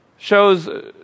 shows